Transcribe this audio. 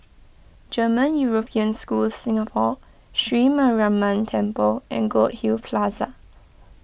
German European School Singapore Sri Mariamman Temple and Goldhill Plaza